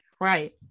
Right